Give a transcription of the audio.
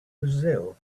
brazil